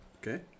Okay